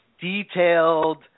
detailed –